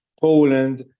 Poland